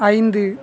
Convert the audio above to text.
ஐந்து